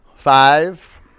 Five